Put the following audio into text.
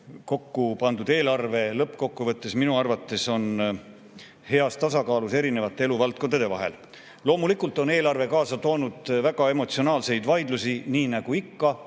arvates lõppkokkuvõttes heas tasakaalus eri eluvaldkondade vahel. Loomulikult on eelarve kaasa toonud väga emotsionaalseid vaidlusi nii nagu ikka.